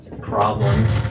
problems